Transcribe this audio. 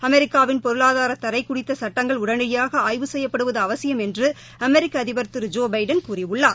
அமெரிக்காவின் பொருளாதார தடை குறித்த சுட்டங்கள் உடனடியாக ஆய்வு செய்யப்படுவது அவசியம் என்று அமெரிக்க அதிபர் திரு ஜோ பைடன் கூறியுள்ளார்